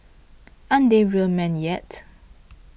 aren't they real men yet